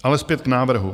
Ale zpět k návrhu.